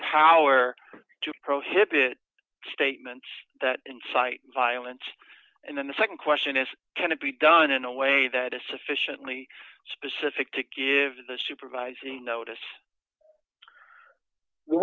power to prohibit statements that incite violence and then the nd question is can it be done in a way that is sufficiently specific to give the supervising notice the